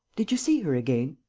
did you see her again?